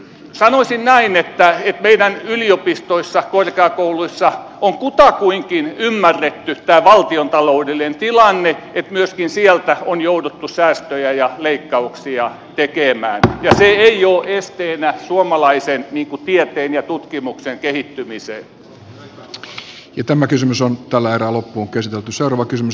sanoisin näin että meidän yliopistoissa korkeakouluissa on kutakuinkin ymmärretty tämä valtiontaloudellinen tilanne että myöskin sieltä on jouduttu säästöjä ja leikkauksia tekemään ja se ei ole esteenä suomalaisen tieteen ja tämä kysymys on tällä erää loppuun tutkimuksen kehittymiselle